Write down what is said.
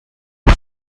you